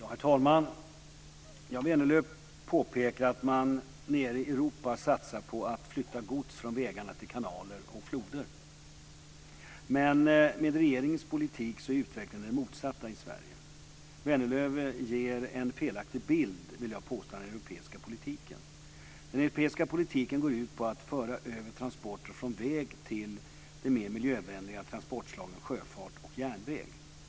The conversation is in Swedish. Herr talman! Vänerlöv påpekar att man nere i Europa satsar på att flytta gods från vägarna till kanaler och floder - men med regeringens politik är utvecklingen den motsatta i Sverige. Vänerlöv ger en felaktig bild, vill jag påstå, av den europeiska politiken. Den europeiska politiken går ut på att föra över transporter från väg till de mer miljövänliga transportslagen sjöfart och järnväg.